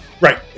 Right